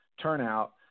turnout